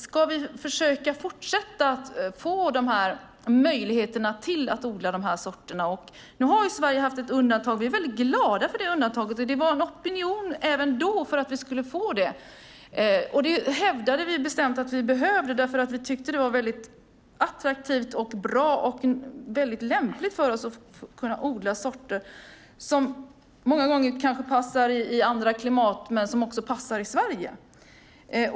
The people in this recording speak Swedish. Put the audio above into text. Ska vi försöka fortsätta att få dessa möjligheter att odla dessa sorter? Nu har Sverige haft ett undantag, och vi är mycket glada för detta undantag. Det var en opinion även då för att vi skulle få det. Vi hävdade bestämt att vi behövde det därför att vi tyckte att det var mycket attraktivt, bra och lämpligt för oss att kunna odla sorter som många gånger kanske passar i andra klimat men som också passar i Sverige.